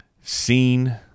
seen